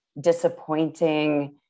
disappointing